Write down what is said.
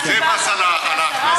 זה מס על ההכנסה,